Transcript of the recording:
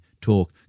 talk